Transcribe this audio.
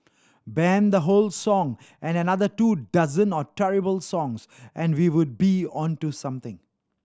ban the whole song and another two dozen or terrible songs and we would be on to something